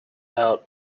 out